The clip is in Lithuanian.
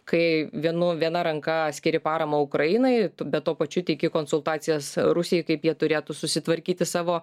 kai vienu viena ranka skiri paramą ukrainai bet tuo pačiu teiki konsultacijas rusijai kaip jie turėtų susitvarkyti savo